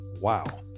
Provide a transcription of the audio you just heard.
Wow